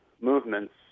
movements